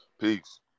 Peace